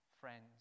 friends